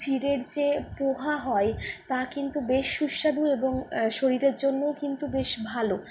চিড়ের যে পোহা হয় তা কিন্তু বেশ সুস্বাদু এবং শরীরের জন্যও কিন্তু বেশ ভালো